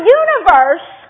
universe